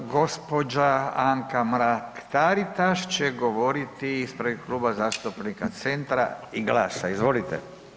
Fala. gđa. Anka Mrak-Taritaš će govoriti ispred Kluba zastupnika Centra i GLAS-a, izvolite.